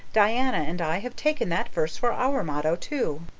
diana and i have taken that verse for our motto too.